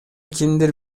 кимдир